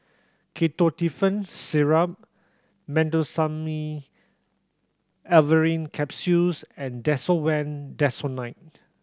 Ketotifen Syrup Meteospasmyl Alverine Capsules and Desowen Desonide